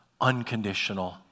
unconditional